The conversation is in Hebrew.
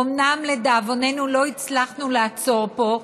אומנם לדאבוננו לא הצלחנו לעצור פה,